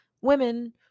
women